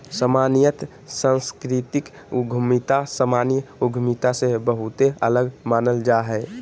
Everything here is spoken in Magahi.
सामान्यत सांस्कृतिक उद्यमिता सामान्य उद्यमिता से बहुते अलग मानल जा हय